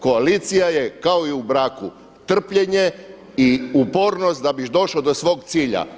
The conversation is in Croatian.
Koalicija je kao i u braku, trpljenje i upornost da bi došao do svog cilja.